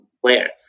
player